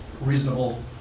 reasonable